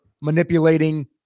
manipulating